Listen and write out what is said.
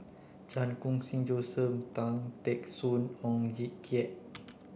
Chan Khun Sing Joseph Tan Teck Soon Oon Jin Teik